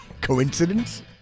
Coincidence